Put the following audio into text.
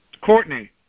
Courtney